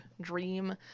dream